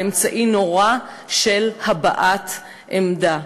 לאמצעי נורא של הבעת עמדה.